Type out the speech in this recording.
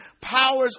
powers